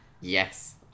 yes